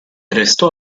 restò